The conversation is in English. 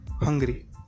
hungry